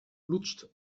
lutscht